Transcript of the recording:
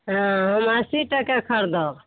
हँ हम अस्सी टके खरीदब